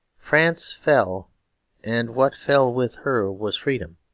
france fell and what fell with her was freedom,